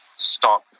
stop